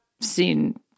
seen